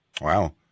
Wow